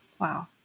Wow